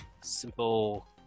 simple